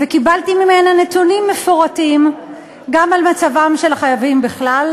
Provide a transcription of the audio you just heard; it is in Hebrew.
וקיבלתי ממנה נתונים מפורטים גם על מצבם של החייבים בכלל,